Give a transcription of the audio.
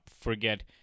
forget